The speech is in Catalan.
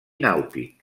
nàutic